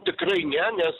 tikrai ne nes